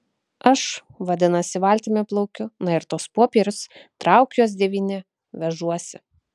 aš vadinasi valtimi plaukiu na ir tuos popierius trauk juos devyni vežuosi